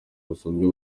basanzwe